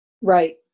Right